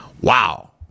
wow